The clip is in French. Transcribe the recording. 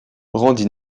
rendit